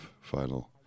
final